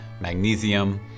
magnesium